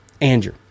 Andrew